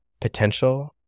potential